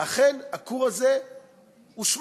אכן הכור הזה הושמד.